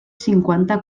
cinquanta